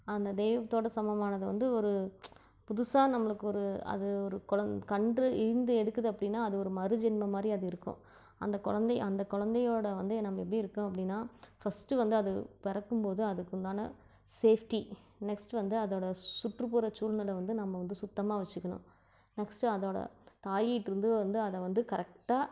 அந்த தெய்வத்தோடு சமமானதை வந்து ஒரு புதுசாக நம்மளுக்கு ஒரு அது ஒரு கொழந் கன்று ஈன்று எடுக்குது அப்படின்னா அது ஒரு மறு ஜென்மம் மாதிரி அது இருக்கும் அந்த குழந்தை அந்த குழந்தையோட வந்து நம்ம எப்படி இருக்கணும் அப்படின்னா ஃபர்ஸ்ட்டு வந்து அது பிறக்கும்போது அதுக்குண்டான சேஃப்டி நெக்ஸ்ட்டு வந்து அதோடய சுற்றுப்புற சூழ்நிலை வந்து நம்ம வந்து சுத்தமாக வச்சிக்கணும் நெக்ஸ்ட்டு அதோடய தாயிட்டேருந்து வந்து அதை வந்து கரெக்டாக